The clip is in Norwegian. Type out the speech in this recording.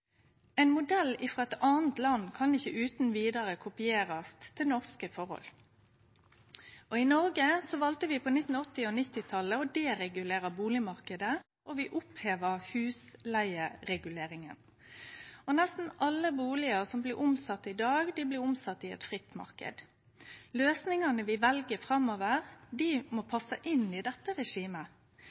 Ein modell frå eit anna land kan ikkje utan vidare kopierast til norske forhold. I Noreg valde vi på 1980- og 1990-talet å deregulere bustadmarknaden, og vi oppheva husleigereguleringa. Nesten alle bustader som blir omsette i dag, blir omsette i ein fri marknad. Løysingane vi vel framover, må passe inn i dette regimet.